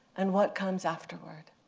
and what comes afterward?